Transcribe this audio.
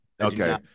Okay